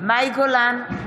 מאי גולן,